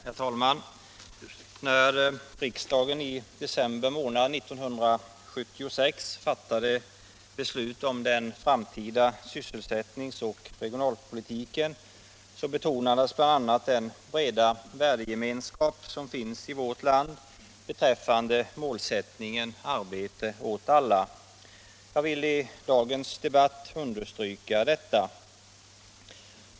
Herr talman! När riksdagen i december månad 1976 fattade beslut om den framtida sysselsättnings och regionalpolitiken, betonades bl.a. den breda värdegemenskap som finns i vårt land beträffande målsättningen arbete åt alla. Jag vill i dagens debatt understryka detta.